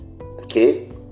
Okay